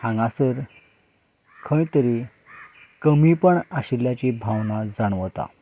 हांगासर खंय तरी कमीपण आशिल्ल्याची भावना जाणवता